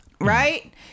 right